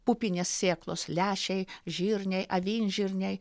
pupinės sėklos lęšiai žirniai avinžirniai